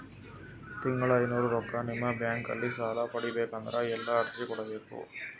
ತಿಂಗಳ ಐನೂರು ರೊಕ್ಕ ನಿಮ್ಮ ಬ್ಯಾಂಕ್ ಅಲ್ಲಿ ಸಾಲ ಪಡಿಬೇಕಂದರ ಎಲ್ಲ ಅರ್ಜಿ ಕೊಡಬೇಕು?